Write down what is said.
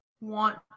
want